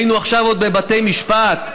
היינו עכשיו עוד בבתי משפט?